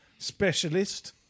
specialist